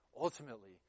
Ultimately